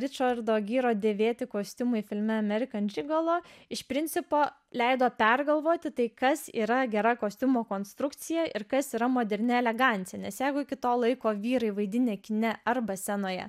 ričardo gyro dėvėti kostiumai filme amerikan džigolo iš principo leido pergalvoti tai kas yra gera kostiumo konstrukcija ir kas yra moderni elegancija nes jeigu iki to laiko vyrai vaidinę kine arba scenoje